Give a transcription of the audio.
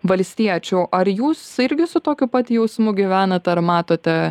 valstiečių ar jūs irgi su tokiu pat jausmu gyvenat ar matote